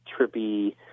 trippy